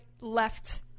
left